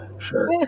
Sure